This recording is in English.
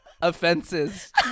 offenses